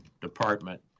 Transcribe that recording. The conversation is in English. department